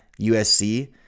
USC